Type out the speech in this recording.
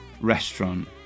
restaurant